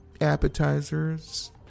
appetizers